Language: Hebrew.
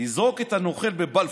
לזרוק את הנוכל מבלפור.